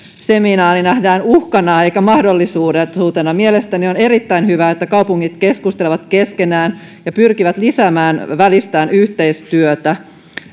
seminaari nähdään uhkana eikä mahdollisuutena mielestäni on erittäin hyvä että kaupungit keskustelevat keskenään ja pyrkivät lisäämään välistään yhteistyötä